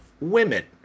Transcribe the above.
women